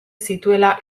zituela